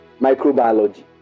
microbiology